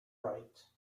right